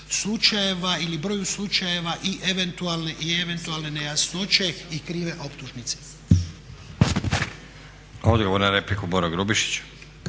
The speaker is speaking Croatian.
slučajeva ili broju slučajeva i eventualne nejasnoće i krive optužnice. **Stazić, Nenad (SDP)** Odgovor na repliku Boro Grubišić.